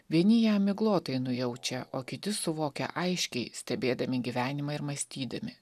vieni ją miglotai nujaučia o kiti suvokia aiškiai stebėdami gyvenimą ir mąstydami